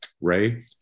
Ray